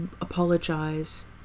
apologize